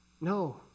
No